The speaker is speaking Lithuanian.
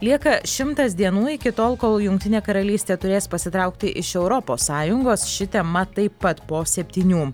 lieka šimtas dienų iki tol kol jungtinė karalystė turės pasitraukti iš europos sąjungos ši tema taip pat po septynių